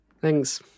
Thanks